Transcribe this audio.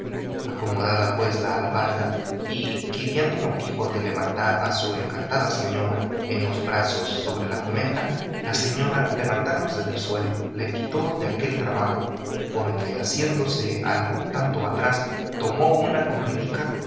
acomodada pues la albarda y quiriendo don quijote levantar a su encantada señora en los brazos sobre la jumenta la señora levantándose del suelo le quitó de aquel trabajo porque haciéndose algún tanto atrás tomó una corridica